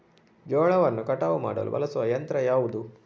ಜೋಳವನ್ನು ಕಟಾವು ಮಾಡಲು ಬಳಸುವ ಯಂತ್ರ ಯಾವುದು?